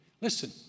Listen